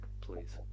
please